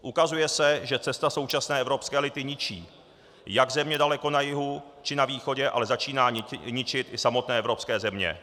Ukazuje se, že cesta současné evropské elity ničí jak země daleko na jihu či na východě, ale začíná ničit i samotné evropské země.